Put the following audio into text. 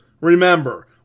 Remember